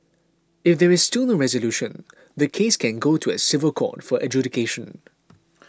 if there is still no resolution the case can go to a civil court for adjudication